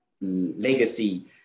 legacy